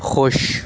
خوش